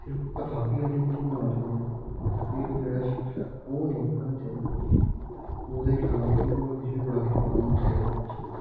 सिर्फ कताबी आह्ली जेह्ड़ी नां लैन्ने आं कताबी आह्ली जेह्ड़ा नां शैल ओह् नी पढ़ानी चाहिदी ओह्दे अलावा बी होर किश बी बड़ा किश पढ़ाना चाहिदा बच्चें गी